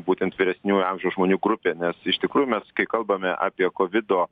būtent vyresniųjų amžiaus žmonių grupė nes iš tikrųjų mes kai kalbame apie kovido